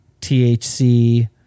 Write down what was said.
THC